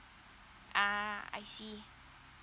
ah I see